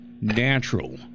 natural